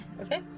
okay